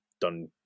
done